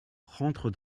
rentre